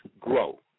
grow